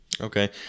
Okay